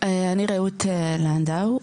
אני רעות לנדאו.